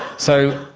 so,